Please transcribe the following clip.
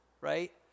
right